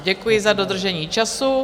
Děkuji za dodržení času.